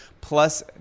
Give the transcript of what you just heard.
Plus